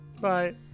Bye